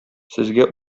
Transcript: сезгә